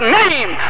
name